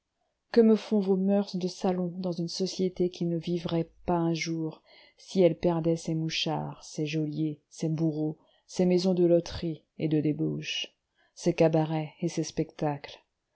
que me font vos moeurs de salon dans une société qui ne vivrait pas un jour si elle perdait ses mouchards ses geôliers ses bourreaux ses maisons de loterie et de débauche ses cabarets et ses spectacles